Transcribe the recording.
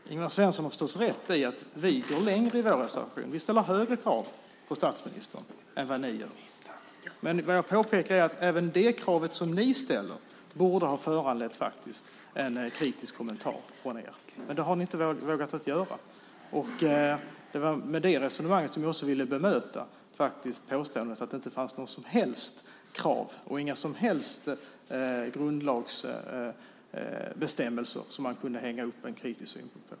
Herr talman! Ingvar Svensson har förstås rätt i att vi går längre. Vi ställer högre krav på statsministern än ni gör. Men vad jag påpekar är att även det krav som ni ställer borde ha föranlett en kritisk kommentar från er. Men någon sådan har ni inte vågat göra. Det var med det resonemanget jag också ville bemöta påståendet att det inte fanns något som helst krav och inga som helst grundlagsbestämmelser som man kunde hänga upp en kritisk syn på.